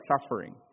suffering